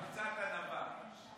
קצת ענווה, טיפה ענווה.